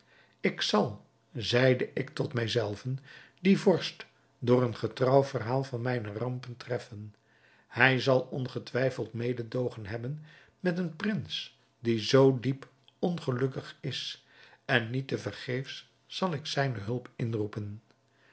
ik zal zeide ik tot mij zelven dien vorst door een getrouw verhaal van mijne rampen treffen hij zal ongetwijfeld mededoogen hebben met een prins die zoo diep ongelukkig is en niet te vergeefs zal ik zijne hulp inroepen